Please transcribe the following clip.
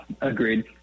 agreed